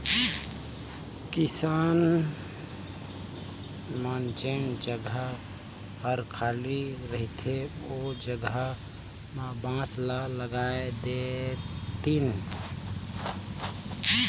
किसान मन जेन जघा हर खाली रहथे ओ जघा में बांस ल लगाय देतिन